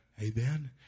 Amen